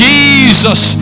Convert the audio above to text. Jesus